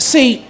See